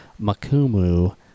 Makumu